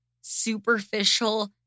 superficial